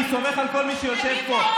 אני סומך על כל מי שיושב פה.